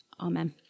Amen